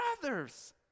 brothers